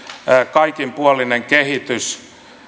kaikinpuolinen kehitys